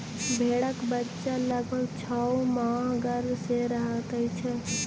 भेंड़क बच्चा लगभग छौ मास गर्भ मे रहैत छै